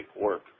work